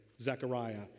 Zechariah